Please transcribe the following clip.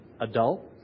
adult